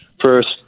First